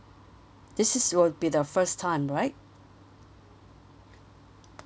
this is will be the first time right